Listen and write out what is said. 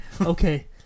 Okay